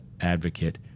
advocate